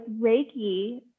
Reiki